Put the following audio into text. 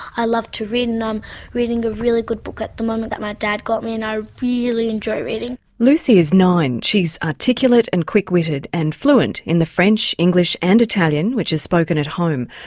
i love to read and i'm um reading a really good book at the moment that my dad got me and i really enjoy reading. lucie is nine, she's articulate and quick-witted and fluent in the french, english and italian which is spoken at home.